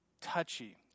touchy